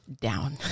down